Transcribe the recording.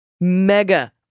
mega